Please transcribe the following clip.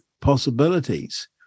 possibilities